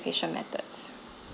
methods